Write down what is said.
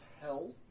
hell